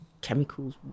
Chemicals